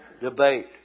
debate